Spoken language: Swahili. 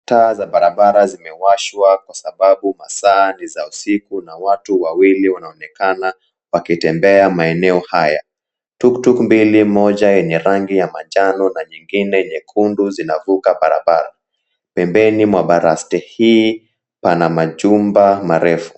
Taa za barabara zimewashwa kwa sababu masaa ni za usiku na watu wawili wanaonekana wakitembea maeneo haya. Tuktuk mbili, moja yenye rangi ya manjano na nyingine nyekundu zinavuka barabara. Pembeni mwa baraste hii pana majumba marefu.